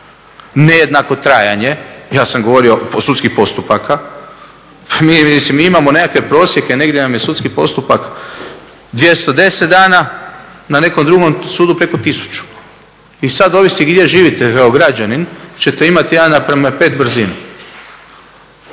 Nejednako trajanje sudskih postupaka. Mi, mislim imamo nekakve prosjeke, negdje nam je sudski postupak 210 dana, na nekom drugom sudu preko 1000. I sad ovisi gdje živite, kao građanin ćete imati 1:5 brzinu.